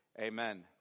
Amen